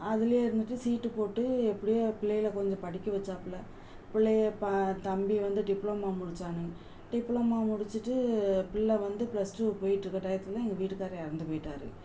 அதிலே இருந்துட்டு சீட்டு போட்டு எப்படியோ என் பிள்ளைகளை கொஞ்சம் படிக்க வச்சாப்புல பிள்ளையை இப்போ தம்பி வந்து டிப்ளமோ முடிச்சானுங்க டிப்ளமோ முடிச்சிட்டு பிள்ளை வந்து ப்ளஸ் டூ போயிட்டிருக்க டையத்தில் தான் எங்கள் வீட்டுக்கார் இறந்து போயிட்டார்